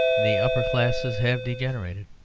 the upper classes have degenerated.